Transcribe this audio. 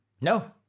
No